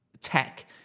tech